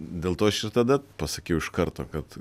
dėl to aš ir tada pasakiau iš karto kad